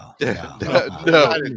No